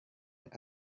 yang